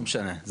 לא משנה.